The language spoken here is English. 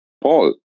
Paul